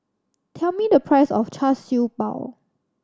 tell me the price of Char Siew Bao